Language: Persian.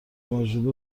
ماژول